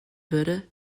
würde